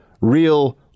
real